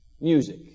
music